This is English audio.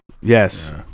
Yes